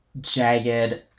jagged